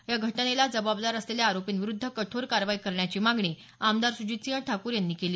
या घटनेला जबाबदार असलेल्या आरोपींविरुध्द् कठोर कारवाई करण्याची मागणी आमदार सुजितसिंह ठाकूर यांनी यावेळी केली